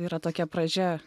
yra tokia pradžia